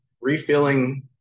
refilling